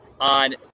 on